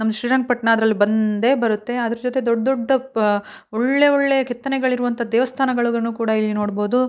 ನಮ್ ಶ್ರೀರಂಗಪಟ್ಣ ಅದ್ರಲ್ಲಿ ಬಂದೇ ಬರುತ್ತೆ ಅದ್ರ ಜೊತೆ ದೊಡ್ಡ ದೊಡ್ಡ ಪ ಒಳ್ಳೆ ಒಳ್ಳೆ ಕೆತ್ತನೆಗಳಿರುವಂಥ ದೇವಸ್ಥಾನಗಳಿಗೂ ಕೂಡ ಇಲ್ಲಿ ನೋಡ್ಬೋದು